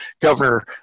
Governor